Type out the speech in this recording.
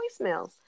voicemails